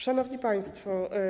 Szanowni Państwo!